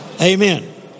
Amen